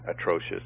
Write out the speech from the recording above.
atrocious